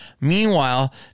Meanwhile